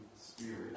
spirit